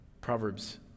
Proverbs